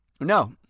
No